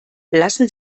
lassen